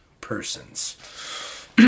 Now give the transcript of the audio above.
persons